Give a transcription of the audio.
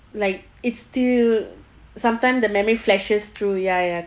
like it's still sometime the memory flashes through ya ya